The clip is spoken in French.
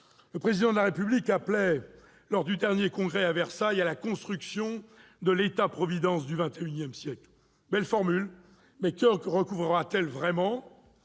Le Président de la République a appelé, lors du dernier Congrès à Versailles, à la construction de « l'État providence du XXI siècle ». Belle formule ... Mais que recouvrera-t-elle vraiment ?